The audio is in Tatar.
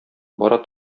бара